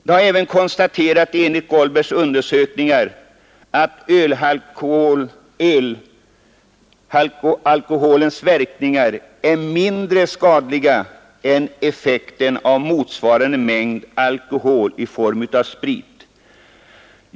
Det har även konstaterats i Goldbergs undersökningar att ölalkoholens verkningar är mindre skadliga än effekten av motsvarande mängd alkohol i form av sprit.